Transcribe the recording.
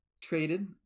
traded